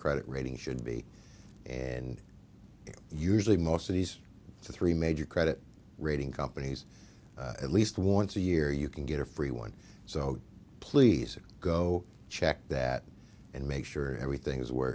credit rating should be and usually most of these three major credit rating companies at least once a year you can get a free one so please go check that and make sure everything is where